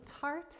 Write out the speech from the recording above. tart